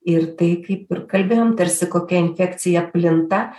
ir tai kaip ir kalbėjom tarsi kokia infekcija plinta